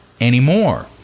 anymore